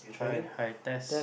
hi hi test